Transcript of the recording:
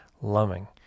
loving